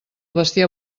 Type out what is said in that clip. bestiar